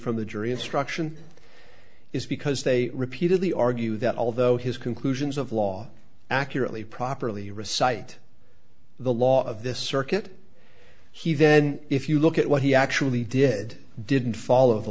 from the jury instruction is because they repeatedly argue that although his conclusions of law accurately properly recite the law of this circuit he then if you look at what he actually did didn't follow the